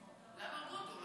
למה הרגו אותו?